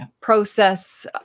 process